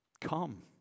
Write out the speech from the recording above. Come